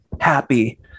happy